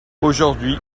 aujourd’hui